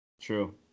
True